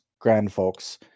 grandfolks